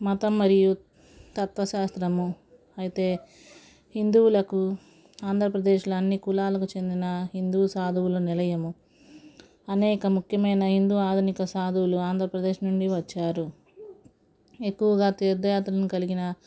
మతం మరియు తత్వశాస్త్రము అయితే హిందువులకు ఆంధ్రప్రదేశ్లో అన్ని కులాలకు చెందిన హిందు సాధువుల నిలయము అనేక ముఖ్యమైన హిందూ ఆధునిక సాధువులు ఆంధ్రప్రదేశ్ నుండి వచ్చారు ఎక్కువగా తీర్థయాత్రలను కలిగిన